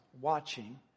watching